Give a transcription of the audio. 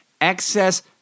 excess